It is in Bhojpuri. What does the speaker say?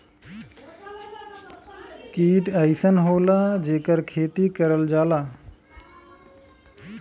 कीट अइसन होला जेकर खेती करल जाला